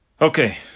Okay